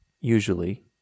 usually